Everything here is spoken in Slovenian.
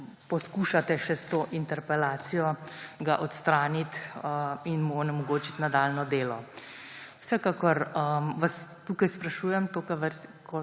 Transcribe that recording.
poskušate še s to interpelacijo odstraniti in mu onemogočiti nadaljnje delo. Vsekakor vas tukaj sprašujem, kot